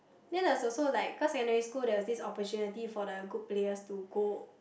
then there was also like cause secondary school there was this opportunity for the good players to go